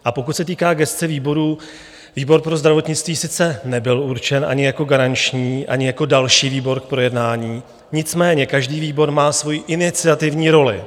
A pokud se týká gesce výborů, výbor pro zdravotnictví sice nebyl určen ani jako garanční, ani jako další výbor k projednání, nicméně každý výbor má svojí iniciativní roli.